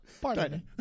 pardon